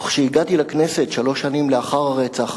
וכשהגעתי לכנסת, שלוש שנים לאחר הרצח,